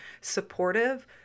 supportive